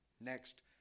Next